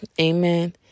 Amen